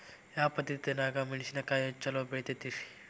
ಯಾವ ಪದ್ಧತಿನ್ಯಾಗ ಮೆಣಿಸಿನಕಾಯಿ ಛಲೋ ಬೆಳಿತೈತ್ರೇ?